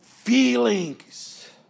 Feelings